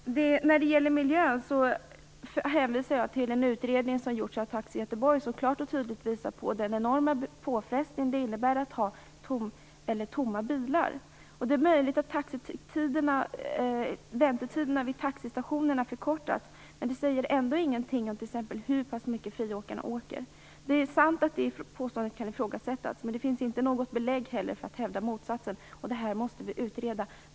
När det gäller miljön hänvisar jag till en utredning som gjorts av Taxi Göteborg. Den visar klart och tydligt på den enorma påfrestning det innebär att ha tomma bilar. Det är möjligt att väntetiderna vid taxistationerna har förkortats. Men det säger ändå ingenting om t.ex. hur mycket friåkarna åker. Det är sant att det påståendet kan ifrågasättas, men det finns inte heller något belägg för att hävda motsatsen. Det här måste vi utreda.